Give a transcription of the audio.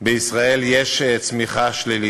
יש בישראל צמיחה שלילית.